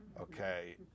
Okay